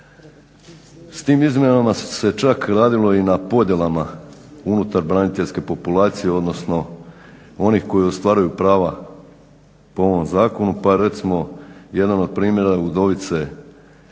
S tim izmjenama se čak radilo i na podjelama unutar braniteljske populacije, odnosno onih koji ostvaruju prava po ovom zakonu pa recimo jedan od primjera udovice